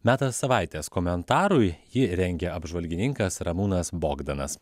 metas savaitės komentarui jį rengia apžvalgininkas ramūnas bogdanas